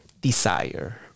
desire